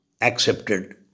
accepted